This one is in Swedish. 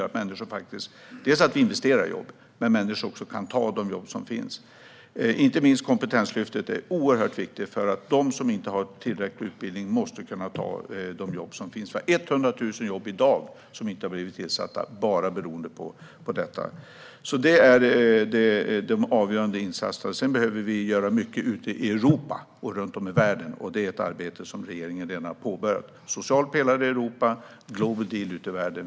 Det handlar om att investera i jobb men också om att människor ska kunna ta de jobb som finns. Inte minst kompetenslyftet är oerhört viktigt, för de som inte har tillräcklig utbildning måste kunna ta de jobb som finns. Vi har 100 000 jobb i dag som inte har blivit tillsatta bara beroende på detta. Det är alltså de avgörande insatserna. Sedan behöver vi göra mycket ute i Europa och runt om i världen. Det är ett arbete regeringen redan har påbörjat i och med en social pelare i Europa och Global Deal ute i världen.